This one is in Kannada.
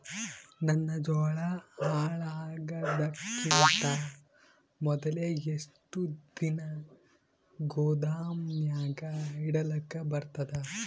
ನನ್ನ ಜೋಳಾ ಹಾಳಾಗದಕ್ಕಿಂತ ಮೊದಲೇ ಎಷ್ಟು ದಿನ ಗೊದಾಮನ್ಯಾಗ ಇಡಲಕ ಬರ್ತಾದ?